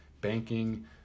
banking